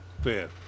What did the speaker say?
Fair